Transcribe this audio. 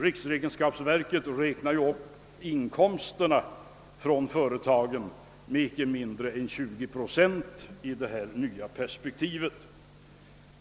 Riksrevisionsverket räknar ju upp inkomsterna från företagen med icke mindre än 20 procent i det nya perspektivet.